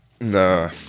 No